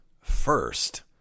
first